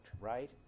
right